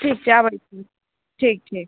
ठीक छै आबै छियै ठीक ठीक